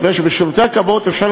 מפני שבשירותי כבאות אפשר,